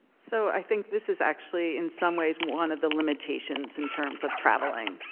so i think this is actually in some ways one of the limitations in terms of traveling,